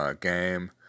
game